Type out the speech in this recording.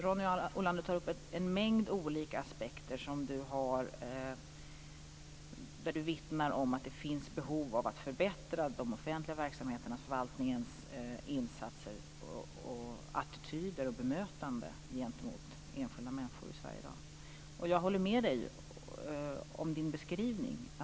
Ronny Olander tar upp en mängd olika aspekter där han vittnar om att det finns behov av att förbättra de offentliga verksamheternas och förvaltningens insatser, attityder och bemötande gentemot enskilda människor i Sverige i dag. Jag håller med dig om din beskrivning.